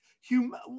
human